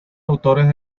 autores